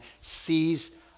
sees